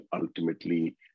ultimately